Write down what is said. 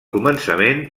començament